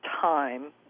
time